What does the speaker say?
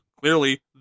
clearly